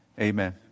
Amen